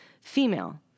female